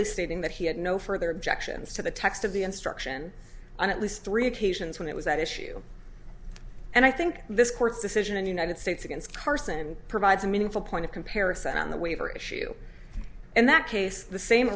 stating that he had no further objections to the text of the instruction on at least three occasions when it was at issue and i think this court's decision in united states against carson provides a meaningful point of comparison on the waiver issue in that case the same